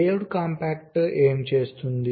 layout compactor ఏమి చేస్తుంది